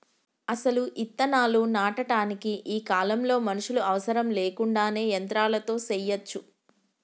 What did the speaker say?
అసలు ఇత్తనాలు నాటటానికి ఈ కాలంలో మనుషులు అవసరం లేకుండానే యంత్రాలతో సెయ్యచ్చు